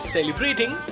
Celebrating